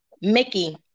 Mickey